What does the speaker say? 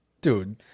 dude